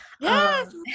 yes